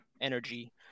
energy